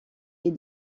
est